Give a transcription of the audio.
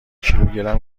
کیلوگرم